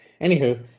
Anywho